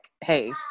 hey